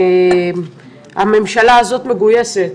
הממשלה הזאת מגויסת.